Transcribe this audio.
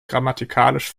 grammatikalisch